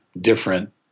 different